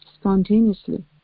Spontaneously